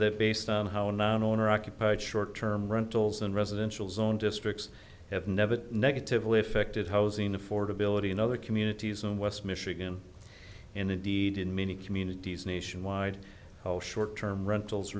that based on how a non owner occupied short term rentals in residential zone districts have never negatively affected housing affordability in other communities in west michigan and indeed in many communities nationwide short term rentals